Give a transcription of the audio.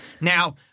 Now